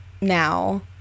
now